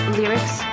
lyrics